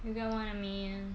do you get what I mean